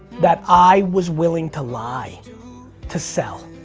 that i was willing to lie to sell.